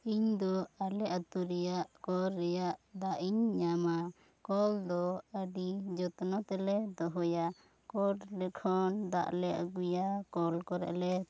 ᱤᱧ ᱫᱚ ᱟᱞᱮ ᱟᱛᱳ ᱨᱮᱭᱟᱜ ᱠᱚᱞ ᱨᱮᱭᱟᱜ ᱫᱟᱜ ᱤᱧ ᱧᱟᱢᱟ ᱠᱚᱞ ᱫᱚ ᱟᱹᱰᱤ ᱡᱚᱛᱱᱚ ᱛᱮᱞᱮ ᱫᱚᱦᱚᱭᱟ ᱠᱚᱴ ᱞᱮᱠᱷᱚᱱ ᱫᱟᱜ ᱞᱮ ᱟᱹᱜᱩᱭᱟ ᱠᱚᱞ ᱠᱚᱨᱮ ᱞᱮ ᱛᱳᱯᱳᱱᱟ ᱠᱚᱞ ᱵᱟᱹᱲᱤᱡ ᱞᱮᱱ ᱠᱷᱟᱱ ᱮᱴᱟᱜ ᱟᱛᱳ ᱠᱷᱚᱱ ᱫᱟᱜ ᱞᱮ ᱟᱹᱜᱩᱭᱟ ᱟᱨ ᱫᱟᱜ ᱧᱩᱸ ᱫᱩ ᱟᱹᱰᱤ ᱜᱮ ᱵᱷᱟᱹᱜᱤ ᱜᱮᱭᱟ ᱦᱚᱲᱢᱚ ᱠᱚ ᱱᱟᱯᱟᱭᱮ ᱫᱚᱦᱚᱭᱟ